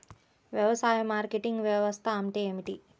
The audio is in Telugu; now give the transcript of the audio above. వ్యవసాయ మార్కెటింగ్ వ్యవస్థ అంటే ఏమిటి?